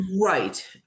Right